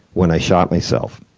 when i shot myself.